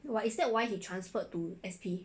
but is that why he transferred to S_P